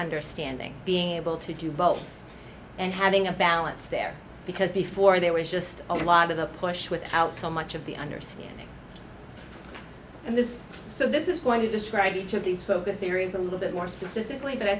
understanding being able to do both and having a balance there because before there was just a lot of the push without so much of the understanding and this is so this is going to describe each of these focus series a little bit more specifically but i